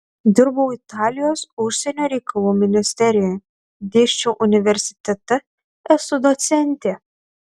dirbau italijos užsienio reikalų ministerijoje dėsčiau universitete esu docentė